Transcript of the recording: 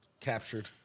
captured